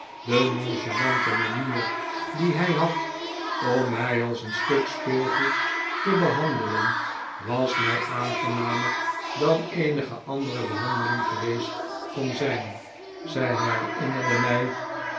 de nonchalante manier die hij had om mij als een stuk speelgoed te behandelen was mij aangenamer dan eenige andere behandeling geweest kon zijn zij herinnerde mij